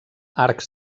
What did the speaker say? arcs